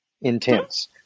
intense